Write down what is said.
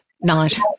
night